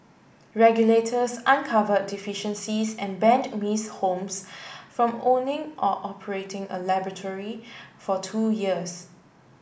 regulators uncovered deficiencies and banned Miss Holmes from owning or operating a laboratory for two years